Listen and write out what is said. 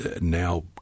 now